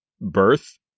birth